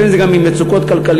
לפעמים זה גם ממצוקות כלכליות.